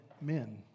men